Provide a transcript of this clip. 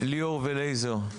ליאור ולייזר,